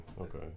Okay